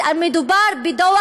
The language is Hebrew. מדובר בדוח